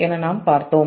எனவே நாம் பார்த்தோம்